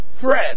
thread